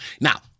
Now